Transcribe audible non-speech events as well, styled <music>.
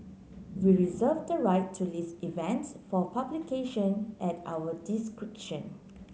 we reserve the right to list events for publication at our <unintelligible>